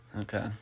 Okay